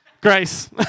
Grace